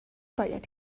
باید